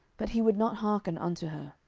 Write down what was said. but he would not hearken unto her.